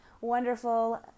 wonderful